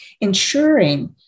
ensuring